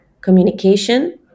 communication